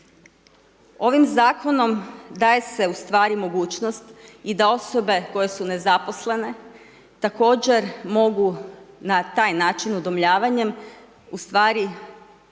Ovim Zakonom daje se ustvari mogućnost i da osobe koje su nezaposlene također mogu na taj način, udomljavanjem, u stvari se